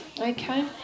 Okay